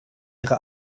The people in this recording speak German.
ihre